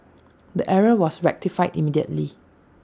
the error was rectified immediately